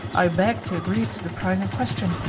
i beg to agree to the price in question.